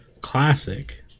classic